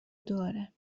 داره